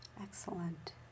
Excellent